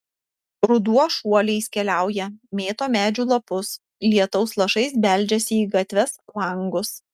ruduo šuoliais keliauja mėto medžių lapus lietaus lašais beldžiasi į gatves langus